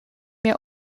meer